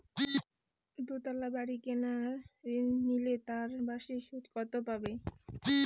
দুতলা বাড়ী কেনার ঋণ নিলে তার বার্ষিক সুদ কত পড়বে?